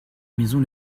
maison